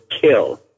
kill